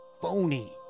phony